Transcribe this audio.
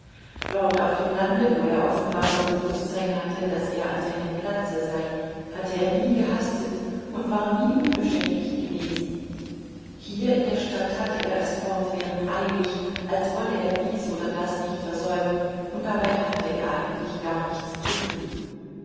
dort auf dem lande wo er offenbar das bewußtsein hatte daß er an seinem platze sei hatte er nie gehastet und war nie unbeschäftigt gewesen hier in der stadt hatte er es fortwährend eilig als wolle er dies oder das nicht versäumen und dabei hatte er eigentlich gar nichts zu tun